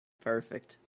Perfect